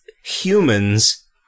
Humans